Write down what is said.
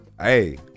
Hey